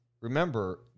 remember